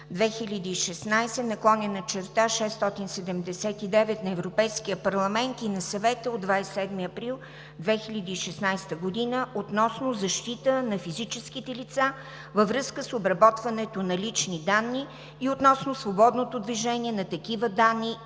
2016/679 на Европейския парламент и на Съвета от 27 април 2016 г. относно защитата на физическите лица във връзка с обработването на лични данни и относно свободното движение на такива данни